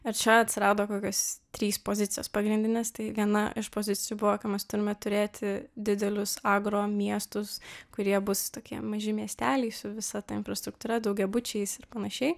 ir čia atsirado kokios trys pozicijos pagrindinės tai viena iš pozicijų buvo ką mes turime turėti didelius agaro miestus kurie bus tokie maži miesteliai su visa ta infrastruktūra daugiabučiais ir panašiai